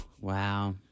wow